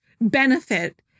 benefit